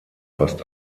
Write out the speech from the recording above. fast